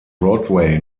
broadway